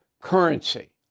currency